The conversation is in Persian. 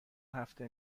هفته